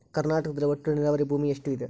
ಕರ್ನಾಟಕದಲ್ಲಿ ಒಟ್ಟು ನೇರಾವರಿ ಭೂಮಿ ಎಷ್ಟು ಇದೆ?